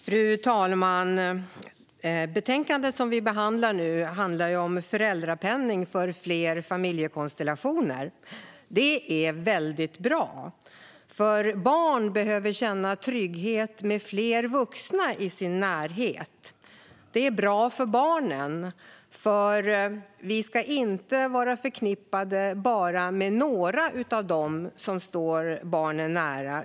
Fru talman! Det betänkande vi nu debatterar behandlar föräldrapenning för fler familjekonstellationer. Det är väldigt bra, för barn behöver känna trygghet med fler vuxna i deras närhet. Det är bra för barnen. De ska inte vara förknippade med bara några av dem som står barnen nära.